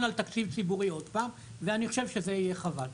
על תקציב ציבורי עוד פעם ואני חושב שזה יהיה חבל.